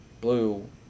blue